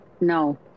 No